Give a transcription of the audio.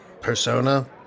persona